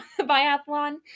biathlon